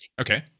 Okay